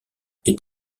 est